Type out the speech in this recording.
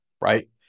right